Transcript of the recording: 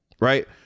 right